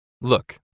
Look